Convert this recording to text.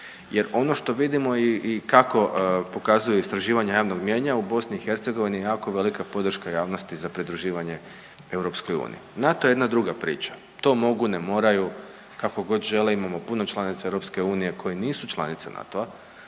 jer ono što vidimo i kako pokazuju istraživanja javnog mnijenja u BiH je jako velika podrška javnosti za pridruživanje EU. NATO je jedna druga priča, to mogu, ne moraju kako god žele. Imamo puno članica EU koje nisu članice NATO-a,